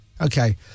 Okay